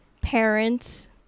parents